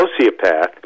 sociopath